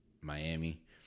Miami